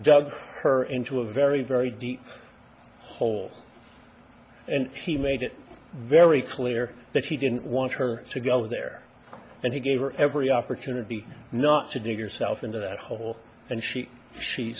dug her into a very very deep hole and he made it very clear that he didn't want her to go there and he gave her every opportunity not to dig yourself into that hole and she she